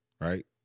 right